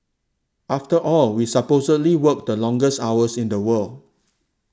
after all we supposedly work the longest hours in the world